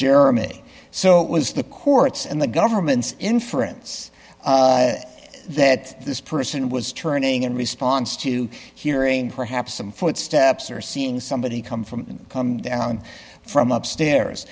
jeremy so it was the courts and the government's inference that this person was turning in response to hearing perhaps some footsteps or seeing somebody come from come down from upstairs